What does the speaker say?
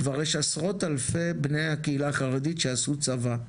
כבר יש עשרות אלפי בני הקהילה החרדית שעשו צבא.